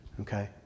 Okay